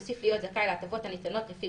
יוסיף להיות זכאי להטבות הניתנות לפי